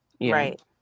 Right